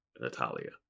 natalia